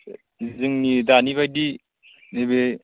जोंनि दानिबायदि नैबे